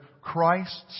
Christ's